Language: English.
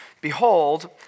behold